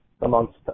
amongst